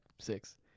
six